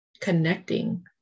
connecting